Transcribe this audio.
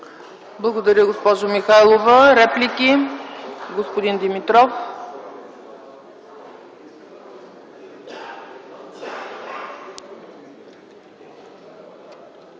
Благодаря, госпожо Михайлова. Реплики? Господин Димитров. ЕМИЛ